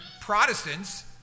Protestants